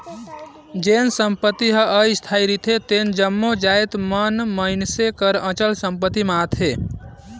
जेन संपत्ति हर अस्थाई रिथे तेन जम्मो जाएत मन मइनसे कर अचल संपत्ति में आथें